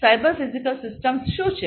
તેથી cyber physical system શું છે